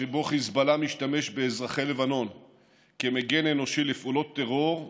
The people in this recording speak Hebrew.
שבו חיזבאללה משתמש באזרחי לבנון כמגן אנושי לפעולות טרור,